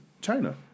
China